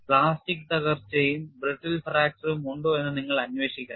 plastic തകർച്ചയും brittle fracture ഉം ഉണ്ടോ എന്ന് നിങ്ങൾ അന്വേഷിക്കണം